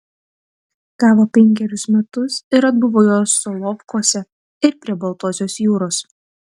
gavo penkerius metus ir atbuvo juos solovkuose ir prie baltosios jūros